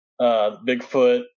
Bigfoot